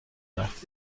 رفت